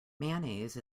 mayonnaise